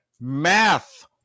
math